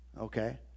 Okay